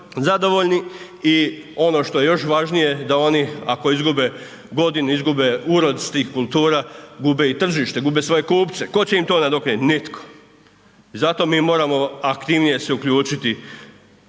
i ono što je još važnije da oni ako izgube godinu, izgube urod s tih kultura gube i tržište, gube svoje kupce. Tko će im to nadoknaditi? Nitko. I zato mi moramo aktivnije se uključiti